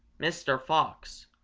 mr. fox,